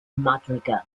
madrigal